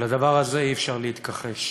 ולדבר הזה אי-אפשר להתכחש.